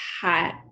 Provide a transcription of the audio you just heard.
hot